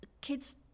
kids